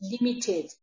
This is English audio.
limited